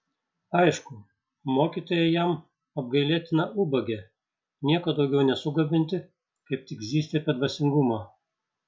aišku mokytoja jam apgailėtina ubagė nieko daugiau nesugebanti kaip tik zyzti apie dvasingumą